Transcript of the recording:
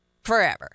Forever